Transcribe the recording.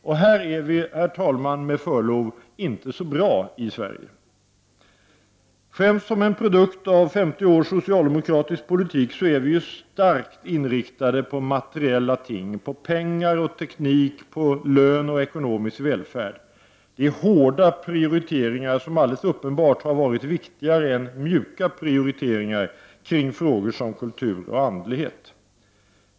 Här är vi, herr talman, med förlov inte så bra i Sverige. Främst som en produkt av 50 år av socialdemokratisk politik är vi starkt inriktade på materiella ting, på pengar och teknik, på lön och ekonomisk välfärd. Det är hårda prioriteringar som alldeles uppenbart har varit viktigare än mjuka prioriteringar kring frågor som kultur och andlighet.